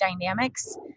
dynamics